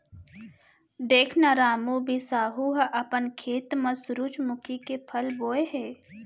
देख न रामू, बिसाहू ह अपन खेत म सुरूजमुखी के फसल बोय हे